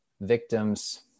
victims